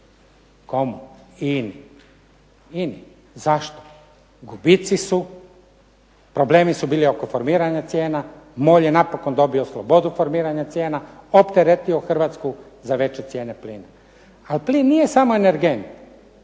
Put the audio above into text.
kome? INA-i. Zašto? Gubici su, problemi su bili oko formiranja cijena. MOL je napokon dobio slobodu formiranja cijena, opteretio Hrvatsku za veće cijene plina. Ali plin nije samo energen.